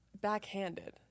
backhanded